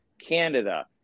Canada